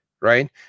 right